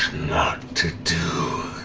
not to do